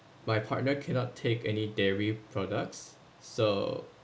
my partner cannot take any dairy products so